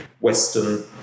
Western